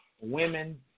Women